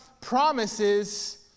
promises